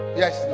yes